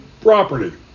property